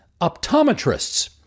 optometrists